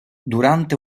durante